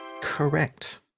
Correct